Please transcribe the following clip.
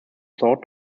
thought